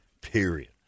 period